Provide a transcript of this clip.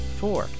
four